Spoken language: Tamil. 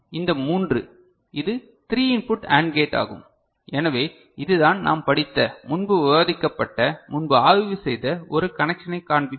இந்த மூன்று இது த்ரீ இன்புட் AND கேட் ஆகும் எனவே இதுதான் நாம் படித்த முன்பு விவாதிக்கப்பட்ட முன்பு ஆய்வு செய்த ஒரு கனெக்ஷனை காண்பிப்பது